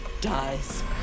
dies